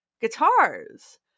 Guitars